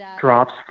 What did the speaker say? drops